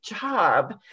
job